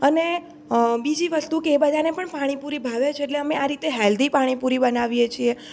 અને બીજી વસ્તુ કે એ બધાને પણ પાણીપુરી ભાવે છે એટલે અમે આ રીતે હેલ્ધી પાણીપુરી બનાવીએ છીએ